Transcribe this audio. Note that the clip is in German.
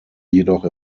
jedoch